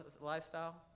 lifestyle